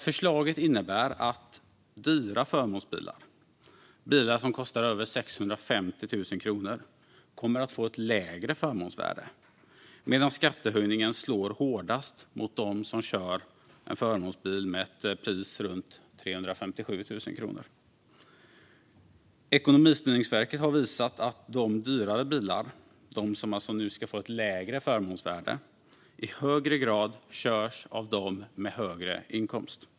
Förslaget innebär att dyra förmånsbilar, bilar som kostar över 650 000 kronor, kommer att få ett lägre förmånsvärde, medan skattehöjningen slår hårdast mot dem som kör en förmånsbil med ett pris runt 357 000 kronor. Ekonomistyrningsverket har visat att de dyrare bilarna - de som nu alltså ska få ett lägre förmånsvärde - i högre grad körs av dem med högre inkomst.